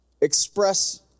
express